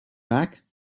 back